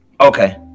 okay